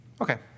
Okay